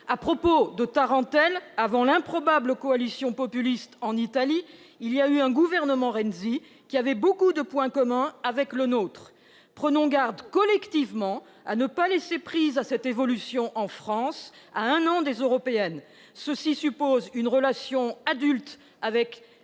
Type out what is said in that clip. À propos de tarentelle, avant l'improbable coalition populiste en Italie, il y a eu un gouvernement Renzi qui avait beaucoup de points communs avec le nôtre. Prenons garde collectivement de ne pas donner prise à cette évolution en France, à un an des élections européennes. Cela suppose une relation adulte